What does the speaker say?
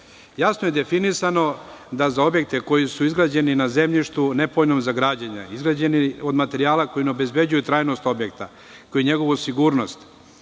je definisano da za objekte koji su izgrađeni na zemljištu nepovoljnom za građenje, izgrađeni od materijala koji ne obezbeđuju trajnost objekta, kao i njegovu sigurnost,